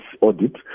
audit